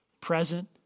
present